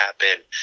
happen